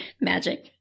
Magic